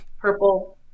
purple